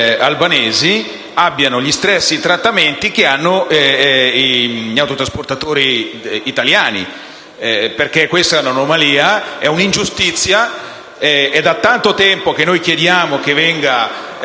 albanesi abbiano gli stessi trattamenti che hanno gli autotrasportatori italiani. Questa è un'anomalia e un'ingiustizia che da tanto tempo chiediamo che venga